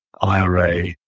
IRA